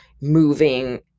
moving